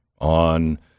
on